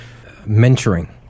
mentoring